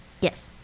Yes